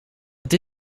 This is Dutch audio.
het